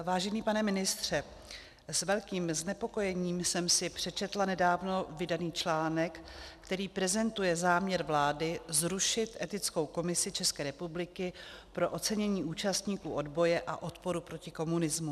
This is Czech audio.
Vážený pane ministře, s velkým znepokojením jsem si přečetla nedávno vydaný článek, který prezentuje záměr vlády zrušit Etickou komisi České republiky pro ocenění účastníků odboje a odporu proti komunismu.